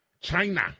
China